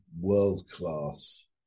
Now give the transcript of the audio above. world-class